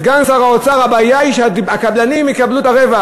סגן שר האוצר: הבעיה היא שהקבלנים יקבלו את הרווח?